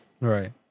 Right